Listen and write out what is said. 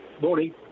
Morning